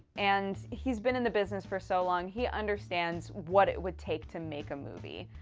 and. he's been in the business for so long, he understands what it would take to make a movie.